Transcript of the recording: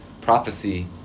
prophecy